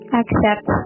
accept